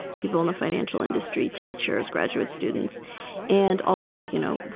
people in the financial industry, teachers, graduate students and also, you know,